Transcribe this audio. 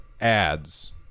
ads